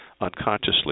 unconsciously